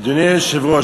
אדוני היושב-ראש,